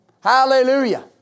Hallelujah